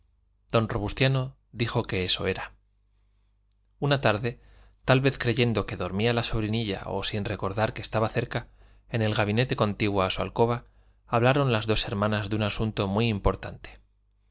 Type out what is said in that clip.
don robustiano dijo que eso era una tarde tal vez creyendo que dormía la sobrinilla o sin recordar que estaba cerca en el gabinete contiguo a su alcoba hablaron las dos hermanas de un asunto muy importante